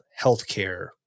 healthcare